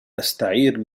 أستعير